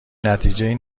نتیجهای